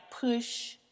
push